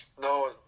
No